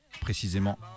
précisément